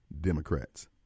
Democrats